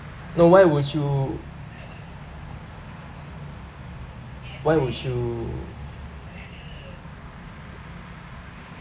no why would you why would you